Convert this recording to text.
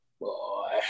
boy